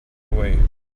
away